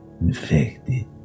infected